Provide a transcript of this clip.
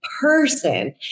person